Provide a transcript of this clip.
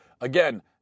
Again